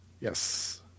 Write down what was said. Yes